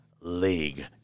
League